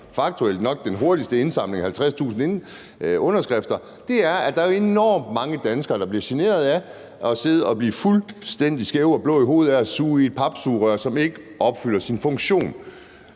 faktuelt nok den hurtigste indsamling af 50.000 underskrifter – der bliver generet af at sidde og blive fuldstændig skæve og blå i hovedet af at suge i et papsugerør, som ikke opfylder sin funktion.